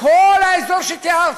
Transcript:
וכל האזור שתיארתי,